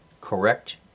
Correct